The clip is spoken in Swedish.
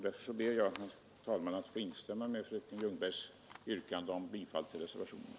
Därför ber jag, herr talman, att få instämma i fröken Ljungbergs yrkande om bifall till reservationerna.